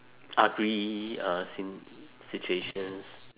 ugly uh same situations